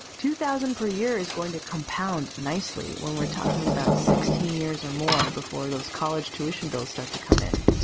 two thousand per year is going to compound nicely when we're talking about sixteen years or more before those college tuition bills start to come in.